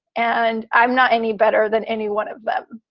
and i'm not any better than any one of them.